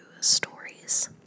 stories